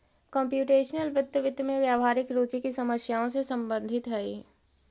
computational वित्त, वित्त में व्यावहारिक रुचि की समस्याओं से संबंधित हई